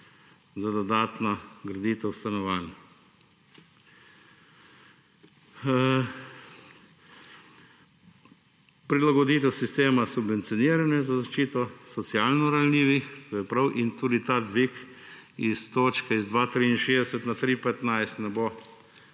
za dodatno graditev stanovanj. Prilagoditev sistema subvencioniranja za zaščito socialno ranljivih, to je prav. Tudi ta dvig točke z 2,63 na 3,15 ne bo